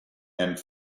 and